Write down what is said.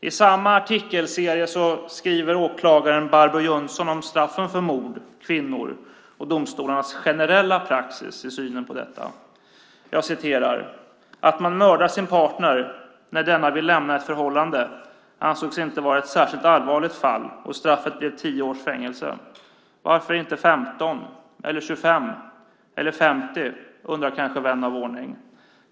I samma artikelserie skriver åklagaren Barbro Jönsson om straffen för mord på kvinnor och domstolarnas generella praxis i synen på detta: Att man mördar sin partner när denna vill lämna ett förhållande ansågs inte vara ett särskilt allvarligt fall. Straffet blev 10 års fängelse. Varför inte 15, 25 eller 50 undrar kanske vän av ordning?